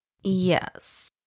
Yes